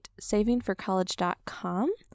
savingforcollege.com